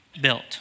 built